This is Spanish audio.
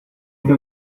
dice